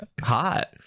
hot